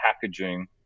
packaging